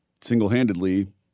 single-handedly